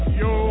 yo